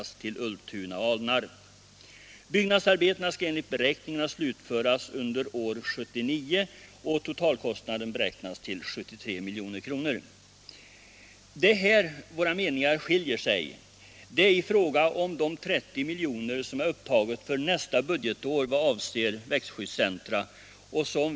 Vi reservanter anser att de kostnaderna är för högt beräknade.